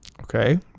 Okay